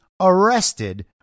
arrested